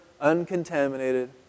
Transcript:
uncontaminated